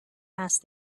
asked